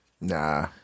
Nah